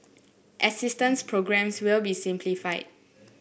assistance programmes will be simplified